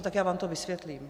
Tak já vám to vysvětlím.